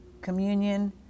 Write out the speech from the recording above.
communion